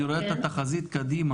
אני רואה את התחזית קדימה,